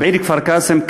בעיר כפר-קאסם,